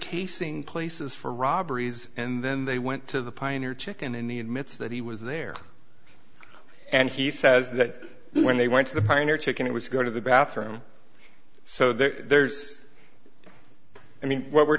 casing places for robberies and then they went to the pioneer chicken and he admits that he was there and he says that when they went to the pioneer chicken it was go to the bathroom so there's i mean what we're